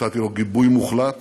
נתתי לו גיבוי מוחלט,